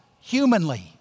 humanly